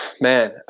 Man